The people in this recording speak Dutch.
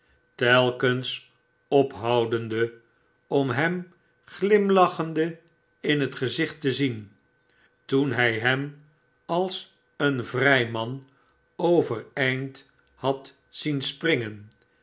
telkens ophoudende om hem glimlachende in het gezicht te zien toen hij hem als een vrij man overeind had zien springen